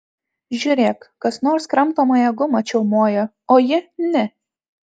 žiūrėk kas nors kramtomąją gumą čiaumoja o ji ne